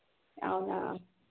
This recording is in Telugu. అవునా